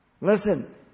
Listen